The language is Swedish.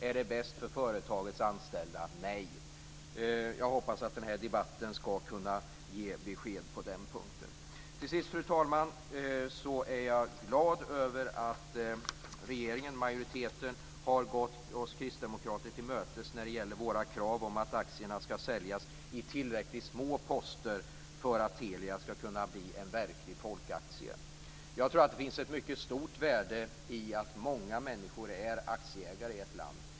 Är det bäst för företagets anställda? Nej. Jag hoppas att denna debatt ska kunna ge besked på den punkten. Till sist, fru talman, är jag glad över att regeringen och majoriteten har gått oss kristdemokrater till mötes när det gäller våra krav på att aktierna ska säljas i tillräckligt små poster för att Telia ska kunna bli en verklig folkaktie. Jag tror att det finns ett mycket stort värde i att många människor i ett land är aktieägare.